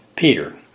Peter